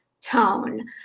tone